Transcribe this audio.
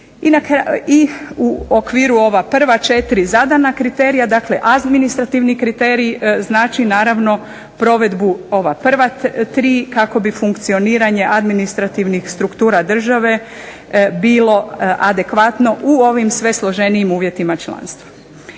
I u okviru ova prva četiri zadana kriterija, dakle administrativni kriterij znači naravno provedbu ova prva tri kako bi funkcioniranje administrativnih struktura države bilo adekvatno u ovim sve složenijim uvjetima članstva.